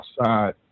outside